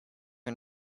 are